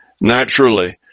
naturally